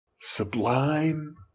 Sublime